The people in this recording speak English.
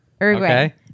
Uruguay